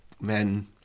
men